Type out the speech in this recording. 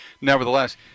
nevertheless